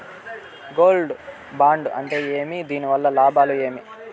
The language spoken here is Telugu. గోల్డ్ బాండు అంటే ఏమి? దీని వల్ల లాభాలు ఏమి?